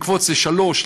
לקפוץ ל-3,